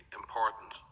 important